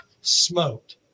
smoked